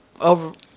over